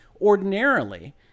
ordinarily